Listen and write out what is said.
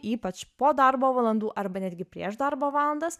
ypač po darbo valandų arba netgi prieš darbo valandas